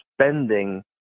spending